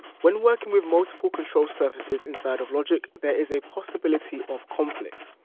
when working with multiple control surfaces inside of logic there is a possibility of conflict.